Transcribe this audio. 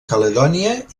caledònia